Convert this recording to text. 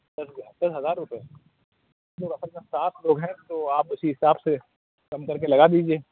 دس ہزار دس ہزار روپئے ہم لوگ اصل میں سات لوگ ہیں تو آپ اسی حساب سے کم کر کے لگا دیجیے